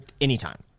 Anytime